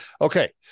okay